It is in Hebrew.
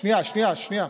שנייה, שנייה.